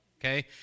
okay